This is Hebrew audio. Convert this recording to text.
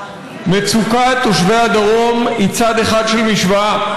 מצוקת תושבי הדרום היא צד אחד של משוואה.